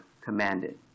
commanded